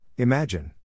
Imagine